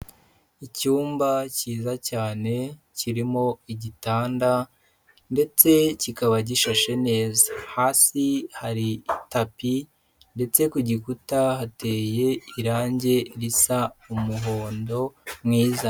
Icyumba cyiza cyane kirimo igitanda ndetse kikaba gishashe neza, hasi hari tapi ndetse ku gikuta hateye irange risa umuhondo mwiza.